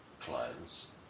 clients